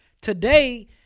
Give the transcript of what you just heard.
today